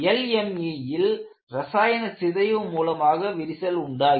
LME ல் ரசாயன சிதைவு மூலமாக விரிசல் உண்டாகிறது